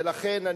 ולכן,